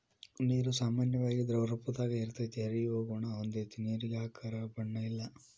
ನೇರು ಸಾಮಾನ್ಯವಾಗಿ ದ್ರವರೂಪದಾಗ ಇರತತಿ, ಹರಿಯುವ ಗುಣಾ ಹೊಂದೆತಿ ನೇರಿಗೆ ಆಕಾರ ಬಣ್ಣ ಇಲ್ಲಾ